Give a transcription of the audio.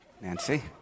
Nancy